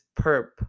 perp